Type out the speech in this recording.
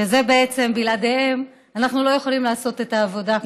שבעצם בלעדיהם אנחנו לא יכולים לעשות את העבודה.